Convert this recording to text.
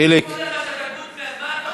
חיליק, אמרו לך שאתה גוטמן.